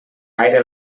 gaire